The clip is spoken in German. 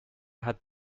hat